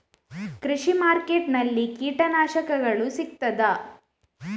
ಕೃಷಿಮಾರ್ಕೆಟ್ ನಲ್ಲಿ ಕೀಟನಾಶಕಗಳು ಸಿಗ್ತದಾ?